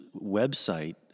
website